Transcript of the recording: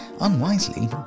unwisely